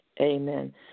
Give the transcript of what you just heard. Amen